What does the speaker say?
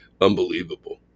unbelievable